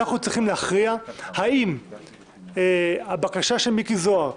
אנחנו צריכים להכריע האם הבקשה של מיקי זוהר,